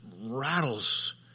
rattles